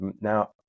now